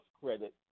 credit